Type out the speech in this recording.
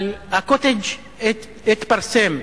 אבל ה"קוטג'" התפרסם,